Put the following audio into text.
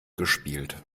gespielt